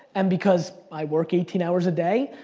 and because i work eighteen hours a day,